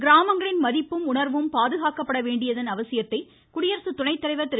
கிராமங்களின் மதிப்பும் உணர்வும் பாதுகாக்கப்பட வேண்டியதன் அவசியத்தை குடியரசுத் துணை தலைவர் திரு